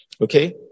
Okay